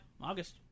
August